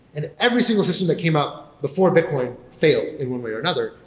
and every single system that came out before bitcoin failed in one way or another.